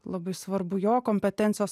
labai svarbu jo kompetencijos